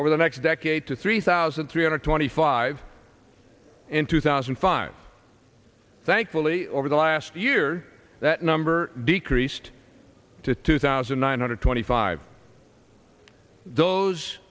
over the next decade to three thousand three hundred twenty five in two thousand and five thankfully over the last year that number decreased to two thousand one hundred twenty five those